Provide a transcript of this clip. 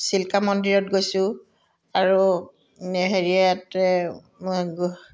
চিল্কা মন্দিৰত গৈছোঁ আৰু হেৰিয়াত এই